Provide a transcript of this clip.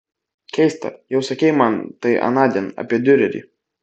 keista jau sakei man tai anądien apie diurerį